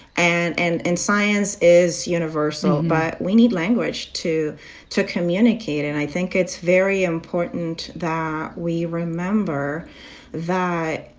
and and and science is universal. but we need language to to communicate. and i think it's very important that we remember that,